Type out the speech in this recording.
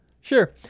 sure